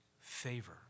favor